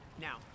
Now